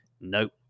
nope